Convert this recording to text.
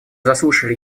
заслушали